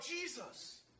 Jesus